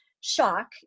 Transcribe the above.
shock